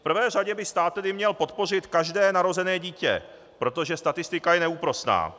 V prvé řadě by stát tedy měl podpořit každé narozené dítě, protože statistika je neúprosná.